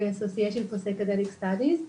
association for psychedelic studies.